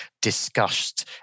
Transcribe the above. discussed